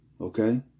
Okay